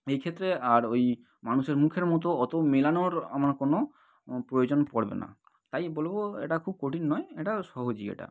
এইক্ষেত্রে আর ওই মানুষের মুখের মতো অত মেলানোর আমার কোনও প্রয়োজন পড়বে না তাই বলবো এটা খুব কঠিন নয় এটা সহজই এটা